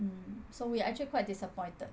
mm so we actually quite disappointed